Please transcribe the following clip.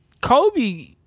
Kobe